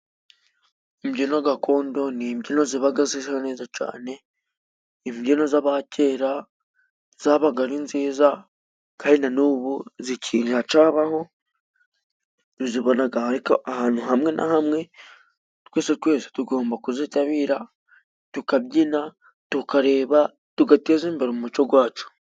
Imbyino gakondo ni imbyino zibaga zisa neza cane. Imbyino z'aba kera zabaga ari nziza, kandi na n'ubu ziracabaho, uzibonaga ariko ahantu hamwe na hamwe, twese twese tugomba kuzitabira, tukabyina, tukareba, tugateza imbere umuco gwacu.